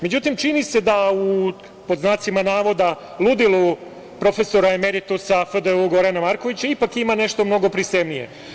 Međutim, čini se da u "ludilu profesora emeritusa" FDU, Gorana Markovića ipak ima nešto mnogo prizemnije.